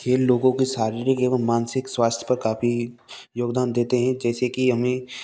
खेल लोगों के शारीरिक एवं मानसिक स्वास्थ्य पर काफ़ी योगदान देते हैं जैसे की हमें